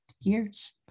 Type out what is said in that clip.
years